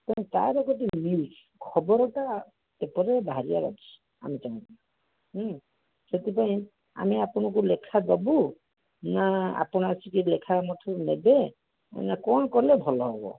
ତେଣୁ ତାର ଗୋଟେ ନ୍ୟୁଜ ଖବରଟା ପେପର ରେ ବାହାରିବାର ଅଛି ଆନୁଷ୍ଠାନିକ ହୁଁ ସେଥିପାଇଁ ଆମେ ଆପଣଙ୍କୁ ଲେଖା ଦେବୁ ନା ଆପଣ ଆସିକି ଲେଖା ଆମଠୁ ନେବେ ନା କ'ଣ କଲେ ଭଲ ହେବ